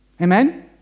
Amen